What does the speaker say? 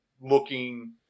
looking –